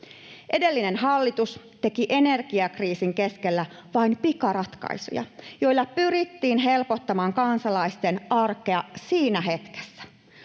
Edellinen hallitus teki energiakriisin keskellä vain pikaratkaisuja, joilla pyrittiin helpottamaan kansalaisten arkea siinä hetkessä.